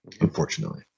unfortunately